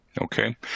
okay